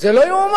זה לא יאומן,